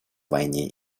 войне